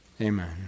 amen